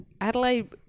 Adelaide